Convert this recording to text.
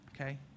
okay